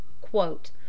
Quote